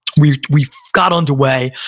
we we got underway.